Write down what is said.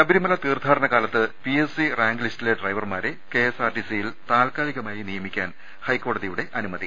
ശബരിമല തീർത്ഥാടന കാലത്ത് PSC rank ലിസ്റ്റിലെ ഡ്രൈവർമാരെ കെഎസ്ആർടിസിയിൽ താൽക്കാലികമായി നിയമിക്കാൻ ഹൈക്കോടതി അനുമതി